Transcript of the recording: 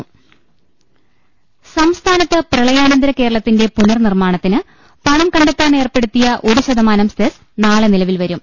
അട്ട്ട്ട്ട്ട്ട്ട്ട സംസ്ഥാനത്ത് പ്രളയാനന്തര കേരളത്തിന്റെ പുനർ നിർമ്മാണത്തിന് പണം കണ്ടെത്താൻ ഏർപ്പെടുത്തിയ ഒരു ശതമാനം സെസ് നാളെ നില വിൽവരും